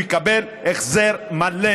הוא יקבל החזר מלא